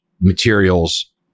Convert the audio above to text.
materials